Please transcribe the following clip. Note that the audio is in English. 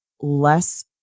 less